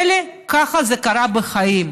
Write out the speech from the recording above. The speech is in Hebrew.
אלא ככה זה קרה בחיים.